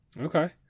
okay